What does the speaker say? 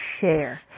share